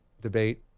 debate